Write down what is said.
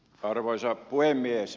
arvoisa puhemies